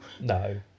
No